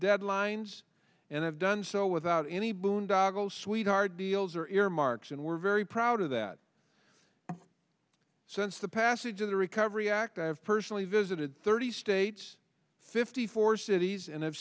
deadlines and have done so without any boondoggle sweetheart deals or earmarks and we're very proud of that since the passage of the recovery act i have personally visited thirty states fifty four cities and i've